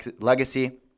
legacy